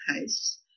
case